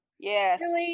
Yes